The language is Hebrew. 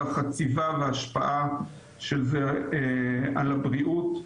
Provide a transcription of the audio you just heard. וההשפעה של זה על הבריאות.